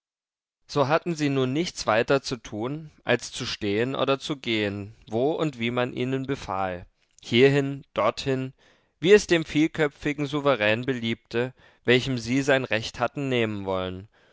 so hatten sie nun nichts weiter zu tun als zu stehen oder zu gehen wo und wie man ihnen befahl hierhin dorthin wie es dem vielköpfigen souverän beliebte welchem sie sein recht hatten nehmen wollen